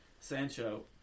Sancho